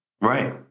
Right